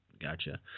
Gotcha